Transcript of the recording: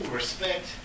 respect